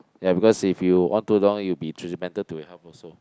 ya because if you on too long it will be detrimental to your health also